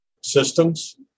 systems